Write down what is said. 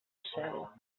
cel